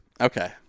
Okay